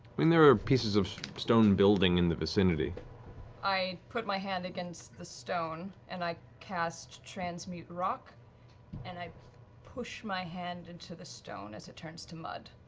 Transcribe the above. i mean, there are pieces of stone building in the vicinity. marisha i put my hand against the stone and i cast transmute rock and i push my hand into the stone as it turns to mud.